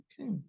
Okay